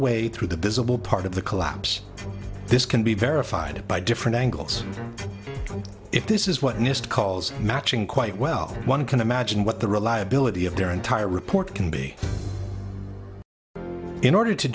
way through the visible part of the collapse this can be verified by different angles if this is what nist calls matching quite well one can imagine what the reliability of their entire report can be in order to